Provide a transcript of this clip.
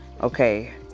Okay